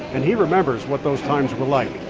and he remembers what those times were like.